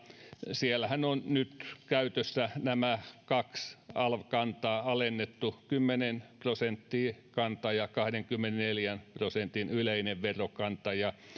siellähän on nyt käytössä nämä kaksi alv kantaa alennettu kymmenen prosentin kanta ja kahdenkymmenenneljän prosentin yleinen verokanta ja